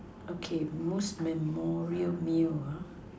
okay most memorial meal uh